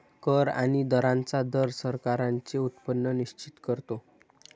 कर आणि दरांचा दर सरकारांचे उत्पन्न निश्चित करतो